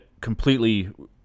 completely